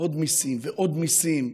עוד מיסים ועוד מיסים,